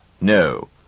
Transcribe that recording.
No